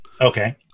Okay